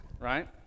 right